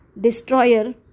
destroyer